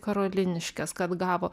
karoliniškes kad gavo